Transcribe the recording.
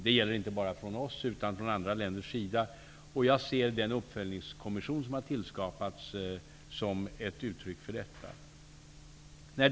Det har inte bara skett från svensk utan också från andra länders sida. Jag ser den uppföljningskommission som har tillskapats som ett uttryck för detta.